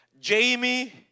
Jamie